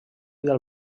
del